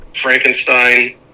Frankenstein